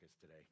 today